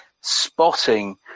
spotting